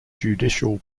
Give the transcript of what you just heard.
judicial